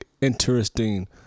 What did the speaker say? interesting